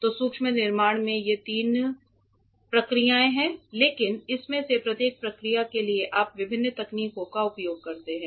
तो सूक्ष्म निर्माण में ये मुख्य तीन प्रक्रियाएं हैं लेकिन इनमें से प्रत्येक प्रक्रिया के लिए आप विभिन्न तकनीकों का उपयोग करते हैं